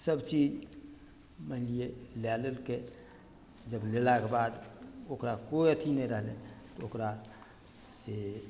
सबचीज मानि लिय लए लेलकय जब लेलाके बाद ओकरा कोइ अथी नहि रहलय ओकरासँ